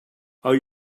are